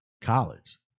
college